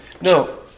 no